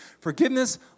Forgiveness